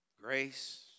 Grace